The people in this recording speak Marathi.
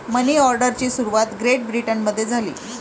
मनी ऑर्डरची सुरुवात ग्रेट ब्रिटनमध्ये झाली